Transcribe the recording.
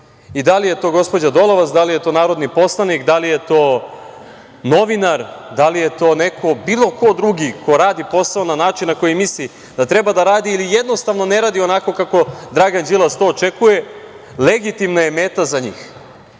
Da li je to gospođa Dolovac, da li je to narodni poslanik, da li je to novinar, da li je to neko bilo ko drugi ko radi posao na način na koji misli da treba da radi ili, jednostavno, ne radi onako kako Dragan Đilas to očekuje, legitimna je meta za